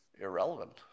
irrelevant